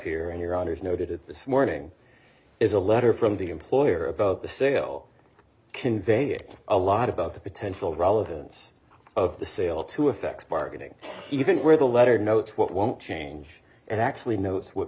here in your honour's noted at this morning is a letter from the employer about the sale convey a lot about the potential relevance of the sale to effects marketing even where the letter notes what won't change and actually knows what